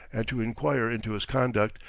and to inquire into his conduct,